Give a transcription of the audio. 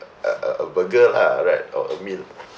a a a burger lah right or a meal